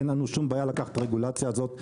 אין לנו שום בעיה לקחת את הרגולציה הזאת עלינו.